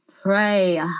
pray